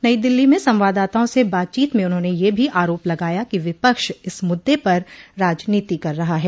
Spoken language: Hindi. नई दिल्ली में संवाददाताओं से बातचीत में उन्होंने यह भी आरोप लगाया कि विपक्ष इस मुद्दे पर राजनीति कर रहा है